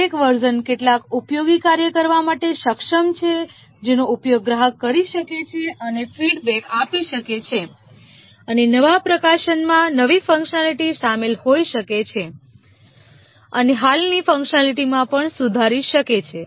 દરેક વર્ઝન કેટલાક ઉપયોગી કાર્ય કરવા માટે સક્ષમ છે જેનો ઉપયોગ ગ્રાહક કરી શકે છે અને ફીડબેક આપી શકે છે અને નવા પ્રકાશનમાં નવી ફંકશનાલિટી શામેલ હોઈ શકે છે અને હાલની ફંકશનાલિટી પણ સુધારી શકે છે